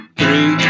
three